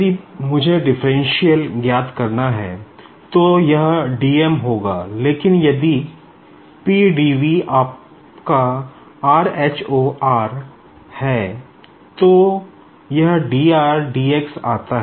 यदि मुझे differential mass ज्ञात करना है तो यह dm होगा लेकिन यदि आपका rho r है तो यह dr dx आता है